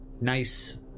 nice